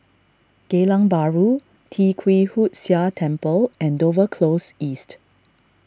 Geylang Bahru Tee Kwee Hood Sia Temple and Dover Close East